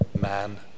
man